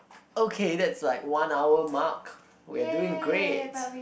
okay that's like one hour mark we are doing great